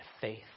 faith